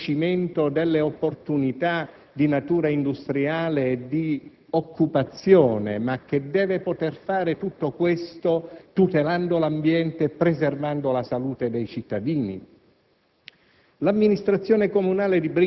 deve guardare sì all'accrescimento delle opportunità di natura industriale e di occupazione, ma che deve poter fare tutto questo tutelando l'ambiente e preservando la salute dei cittadini?